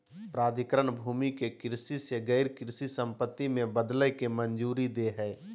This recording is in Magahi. प्राधिकरण भूमि के कृषि से गैर कृषि संपत्ति में बदलय के मंजूरी दे हइ